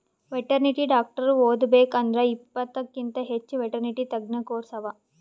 veterinary doctor ಓದಬೇಕ್ ಅಂದ್ರ ಇಪ್ಪತ್ತಕ್ಕಿಂತ್ ಹೆಚ್ಚ್ ವೆಟೆರ್ನಿಟಿ ತಜ್ಞ ಕೋರ್ಸ್ ಅವಾ